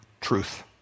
truth